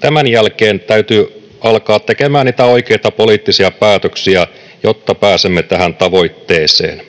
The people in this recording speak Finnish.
Tämän jälkeen täytyy alkaa tekemään niitä oikeita poliittisia päätöksiä, jotta pääsemme tähän tavoitteeseen.